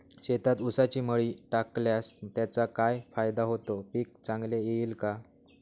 शेतात ऊसाची मळी टाकल्यास त्याचा काय फायदा होतो, पीक चांगले येईल का?